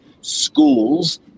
Schools